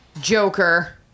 Joker